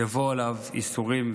יבואו עליו ייסורים,